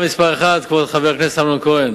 חבר הכנסת אמנון כהן